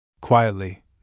Quietly